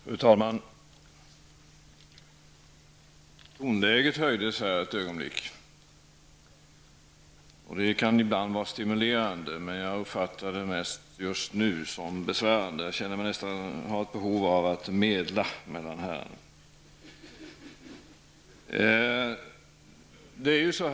Fru talman! Tonläget höjdes här ett ögonblick. Det kan ibland vara stimulerande, men jag uppfattar det just nu mest som besvärande. Jag känner mig nästan ha ett behov av att medla mellan herrarna.